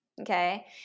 Okay